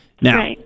Now